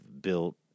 built